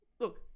Look